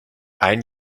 ein